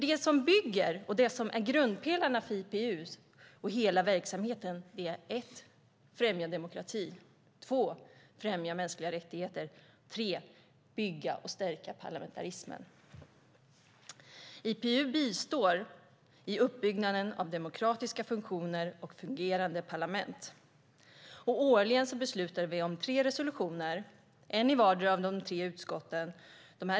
Det som bygger upp och är grundpelarna för IPU och hela verksamheten är för det första att främja demokrati, för det andra att främja mänskliga rättigheter och för det tredje att bygga och stärka parlamentarismen. IPU bistår i uppbyggnaden av demokratiska funktioner och fungerande parlament. Årligen beslutar vi om tre resolutioner, en i vardera av de tre utskotten.